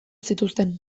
zituzten